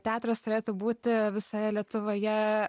teatras turėtų būti visoje lietuvoje